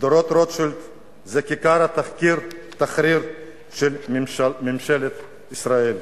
שדרות-רוטשילד זה כיכר תחריר של ממשלת ישראל.